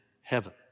heaven